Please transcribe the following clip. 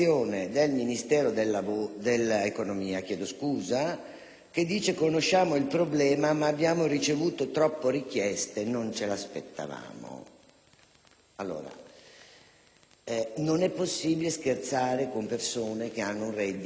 che dice: «Conosciamo il problema, ma abbiamo ricevuto troppe richieste. Non ce lo aspettavamo». Non è possibile scherzare con persone che hanno un reddito inferiore a 6.000 euro l'anno